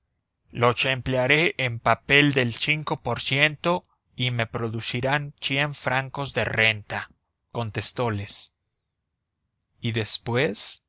los emplearé en papel del cinco por ciento y me producirán cien francos de renta contestoles y después